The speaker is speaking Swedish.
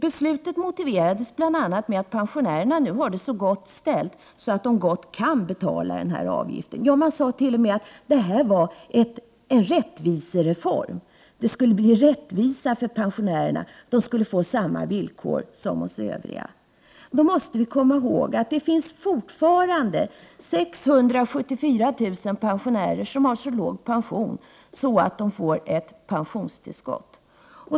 Beslutet motiverades bl.a. med att pensionärerna nu har det så gott ställt att de mycket väl kan betala avgiften. Ja, man sade t.o.m. att detta var en rättvisereform. Det skulle bli rättvisa för pensionärerna: de skulle få samma villkor som vi övriga. Men då måste man komma ihåg att det fortfarande finns 674 000 pensionärer som har så låg pension att de får pensionstillskott.